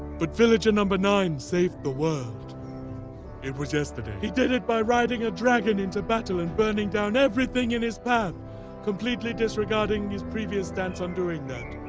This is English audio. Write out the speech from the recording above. but villager nine saved the world it was yesterday he did it by riding a dragon into battle and burning down everything in his path completely disregarding his previous stance on doing that.